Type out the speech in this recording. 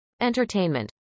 Entertainment